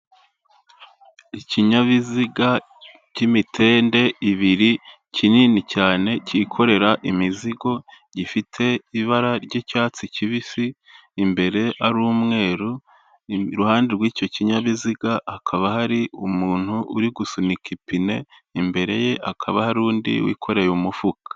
Ikinyabiziga cy'imitende ibiri kinini cyane cyikorera imizigo gifite ibara ry'icyatsi kibisi imbere ari umweru iruhande rw'icyo kinyabiziga akaba hari umuntu uri gusunika ipine imbere ye akaba hari undi wikoreye umufuka.